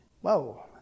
Whoa